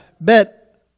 bet